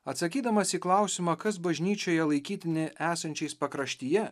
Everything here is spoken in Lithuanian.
atsakydamas į klausimą kas bažnyčioje laikytini esančiais pakraštyje